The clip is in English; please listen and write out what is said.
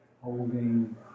Holding